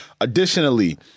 Additionally